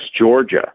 Georgia